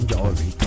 Dory